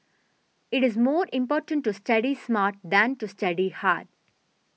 it is more important to study smart than to study hard